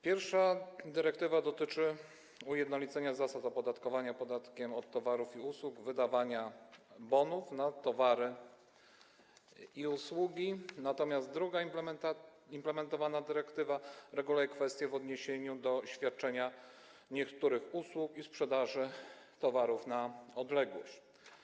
Pierwsza dyrektywa dotyczy ujednolicenia zasad opodatkowania podatkiem od towarów i usług, wydawania bonów na towary i usługi, natomiast druga implementowana dyrektywa reguluje kwestie w odniesieniu do świadczenia niektórych usług i sprzedaży towarów na odległość.